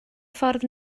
ffordd